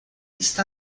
está